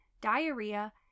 diarrhea